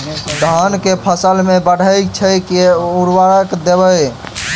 धान कऽ फसल नै बढ़य छै केँ उर्वरक देबै?